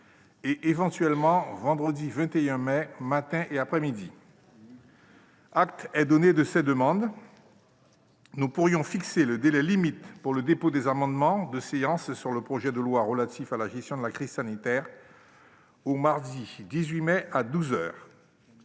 et, éventuellement, au vendredi 21 mai, matin et après-midi. Acte est donné de ces demandes. Nous pourrions fixer le délai limite pour le dépôt des amendements de séance sur le projet de loi relatif à la gestion de la crise sanitaire au mardi 18 mai à 12 heures.